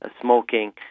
smoking